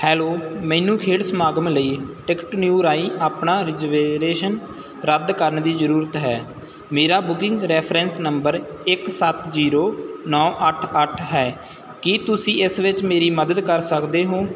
hello ਮੈਨੂੰ ਖੇਡ ਸਮਾਗਮ ਲਈ ਟਿਕਟਨਿਊ ਰਾਹੀਂ ਆਪਣਾ ਰਿਜ਼ਰਵੇਸ਼ਨ ਰੱਦ ਕਰਨ ਦੀ ਜ਼ਰੂਰਤ ਹੈ ਮੇਰਾ ਬੁਕਿੰਗ ਰੈਫਰੈਂਸ ਨੰਬਰ ਇੱਕ ਸੱਤ ਜੀਰੋ ਨੌਂ ਅੱਠ ਅੱਠ ਹੈ ਕੀ ਤੁਸੀਂ ਇਸ ਵਿੱਚ ਮੇਰੀ ਮਦਦ ਕਰ ਸਕਦੇ ਹੋ